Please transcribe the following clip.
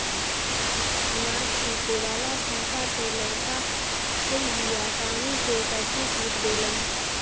अनाज पीटे वाला सांटा से लईका कुल भी आसानी से सरसों पीट देलन